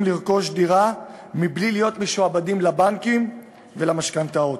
לרכוש דירה בלי להיות משועבדים לבנקים ולמשכנתאות.